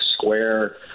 square